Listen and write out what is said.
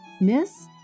Miss